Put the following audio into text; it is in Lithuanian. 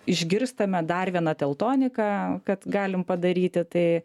išgirstame dar vieną teltoniką kad galim padaryti tai